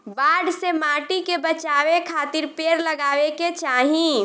बाढ़ से माटी के बचावे खातिर पेड़ लगावे के चाही